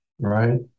right